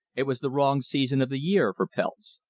it was the wrong season of the year for pelts.